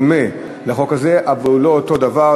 שדומה לה אבל היא לא אותו הדבר.